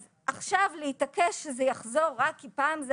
אז עכשיו להתעקש שזה יחזור רק כי פעם זה